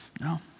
No